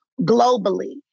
globally